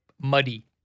muddy